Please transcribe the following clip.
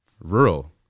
Rural